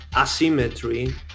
asymmetry